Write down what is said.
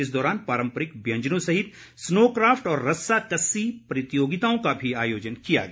इस दौरान पारम्परिक व्यंजनों सहित स्नो क्राफ्ट और रस्सा कस्सी प्रतियोगिताओं का भी आयोजन किया गया